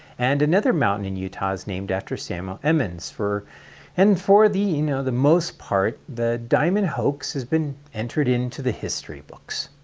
and another mountain in utah is named after samuel emmons and for the you know the most part, the diamond hoax has been entered into the history books.